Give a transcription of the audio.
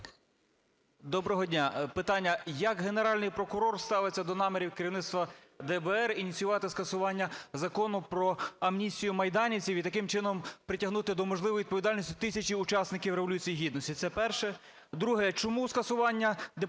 Доброго дня. Питання. Як Генеральний прокурор ставиться до намірів керівництва ДБР ініціювати скасування Закону про амністію майданівців і таким чином притягнути до можливої відповідальності тисячу учасників Революції Гідності? Це перше. Друге. Чому скасування… після